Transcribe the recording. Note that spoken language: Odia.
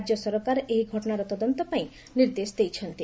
ରାଜ୍ୟ ସରକାର ଏହି ଘଟଣାର ତଦନ୍ତ ପାଇଁ ନିର୍ଦ୍ଦେଶ ଦେଇଛନ୍ତି